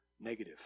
negative